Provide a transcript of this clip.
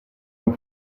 non